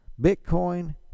Bitcoin